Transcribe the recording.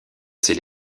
ces